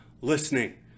listening